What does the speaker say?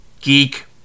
Geek